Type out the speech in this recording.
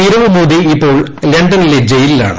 നീരവ് മോദി ഇപ്പോൾ ലണ്ടനിലെ ജയിലിലാണ്